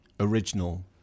original